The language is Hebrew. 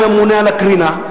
עם הממונה על הקרינה,